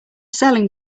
selling